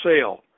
sale